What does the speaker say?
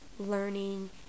learning